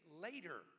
later